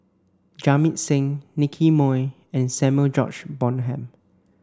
Jamit Singh Nicky Moey and Samuel George Bonham